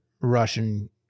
Russian